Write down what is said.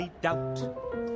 doubt